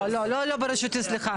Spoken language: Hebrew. לא, לא ברשותי סליחה.